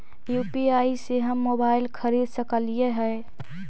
UPI से हम mobile खरिद सकलिऐ है